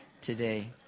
today